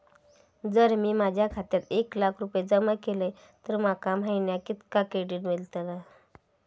जर मी माझ्या खात्यात एक लाख रुपये जमा केलय तर माका महिन्याक कितक्या क्रेडिट मेलतला?